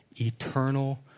eternal